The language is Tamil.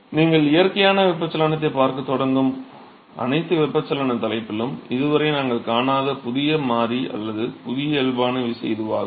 நீங்கள் இயற்கையான வெப்பச்சலனத்தைப் பார்க்கத் தொடங்கும் அனைத்து வெப்பச்சலன தலைப்பிலும் இதுவரை நாங்கள் காணாத புதிய மாறி அல்லது புதிய இயல்பான விசை இதுவாகும்